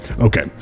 Okay